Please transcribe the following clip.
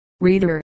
Reader